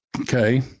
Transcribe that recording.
Okay